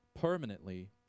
permanently